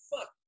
Fuck